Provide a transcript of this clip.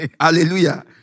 Hallelujah